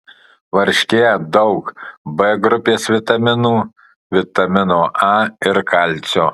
varškėje daug b grupės vitaminų vitamino a ir kalcio